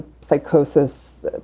psychosis